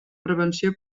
prevenció